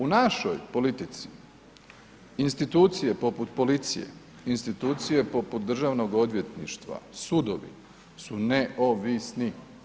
U našoj politici, institucije poput policije, institucije poput Državnog odvjetništva, sudovi su neovisni.